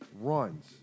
runs